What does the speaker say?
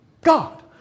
God